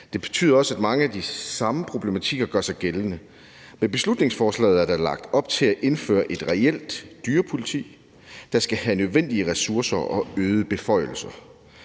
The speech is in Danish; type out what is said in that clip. Det betyder også, at mange af de samme problematikker gør sig gældende. Med beslutningsforslaget er der lagt op til at indføre et reelt dyrepoliti, der skal have nødvendige ressourcer og øgede beføjelser.